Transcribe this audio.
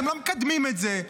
אתם לא מקדמים את זה.